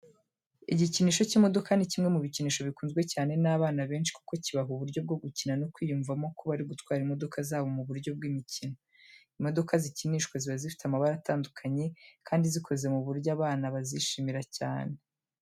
Igikinisho cy'imodoka ni kimwe mu bikinisho bikunzwe cyane n'abana benshi kuko kibaha uburyo bwo gukina no kwiyumvamo ko bari gutwara imodoka zabo mu buryo bw'imikino. Imodoka zikinishwa ziba zifite amabara atandukanye kandi zikoze mu buryo abana bazishimira cyane.